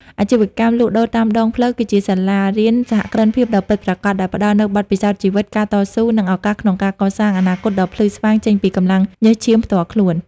អាជីវកម្មលក់ដូរតាមដងផ្លូវគឺជាសាលារៀនសហគ្រិនភាពដ៏ពិតប្រាកដ ដែលផ្ដល់នូវបទពិសោធន៍ជីវិត ការតស៊ូ និងឱកាសក្នុងការកសាងអនាគតដ៏ភ្លឺស្វាងចេញពីកម្លាំងញើសឈាមផ្ទាល់ខ្លួន។